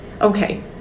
Okay